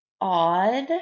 odd